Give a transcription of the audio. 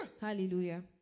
Hallelujah